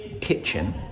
kitchen